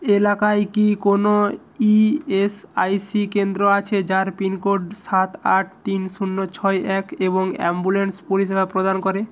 এলাকায় কি কোনও ইএসআইসি কেন্দ্র আছে যার পিনকোড সাত আট তিন শূণ্য ছয় এক এবং অ্যাম্বুলেন্স পরিষেবা প্রদান করে